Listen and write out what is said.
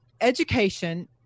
education